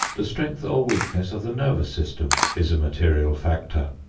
the strength or weakness of the nervous system is a material factor.